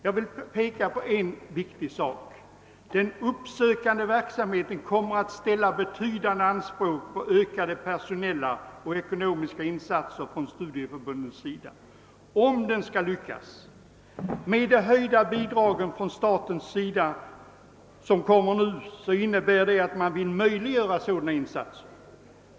Jag vill peka på en viktig sak, nämligen att den uppsökande verksamheten kommer att ställa betydande anspråk på ökade personella och ekonomiska insatser från studieförbundens sida, om den skall lyckas. Det höjda statsbidrag som nu kommer att utgå möjliggör sådana insatser.